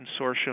Consortium